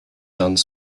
done